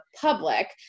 public